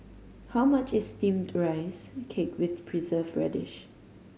how much is Steamed Rice Cake with Preserved Radish